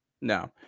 No